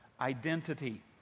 Identity